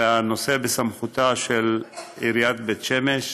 הרי הנושא בסמכותה של עיריית בית שמש,